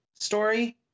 story